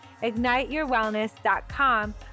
igniteyourwellness.com